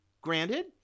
granted